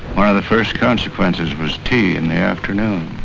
one of the first consequences was tea in the afternoon,